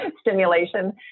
stimulation